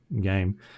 game